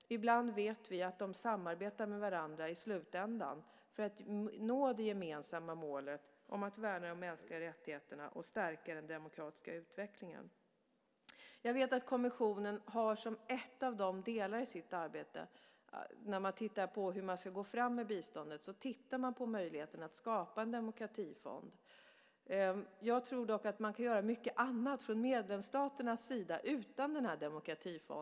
Vi vet att de ibland i slutändan samarbetar med varandra för att nå det gemensamma målet att värna de mänskliga rättigheterna och stärka den demokratiska utvecklingen. Jag vet att kommissionen som en av delarna i sitt arbete när man tittar på hur man ska gå fram med biståndet också tittar på möjligheten att skapa en demokratifond. Jag tror dock att man kan göra mycket annat från medlemsstaternas sida utan den här demokratifonden.